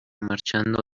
marchando